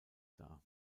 dar